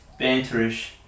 banterish